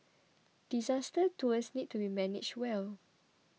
disaster tours need to be managed well